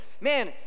man